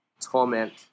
torment